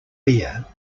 beer